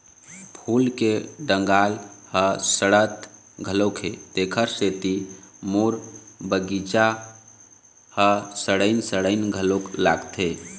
फूल के डंगाल ह सड़त घलोक हे, तेखरे सेती मोर बगिचा ह सड़इन सड़इन घलोक लागथे